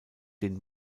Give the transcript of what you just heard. den